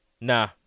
Nah